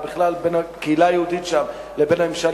ובכלל בין הקהילה היהודית שם לבין הממשל,